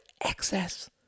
excess